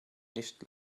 nicht